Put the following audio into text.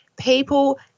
People